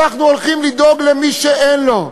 אנחנו הולכים לדאוג למי שאין לו,